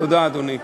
תודה, אדוני.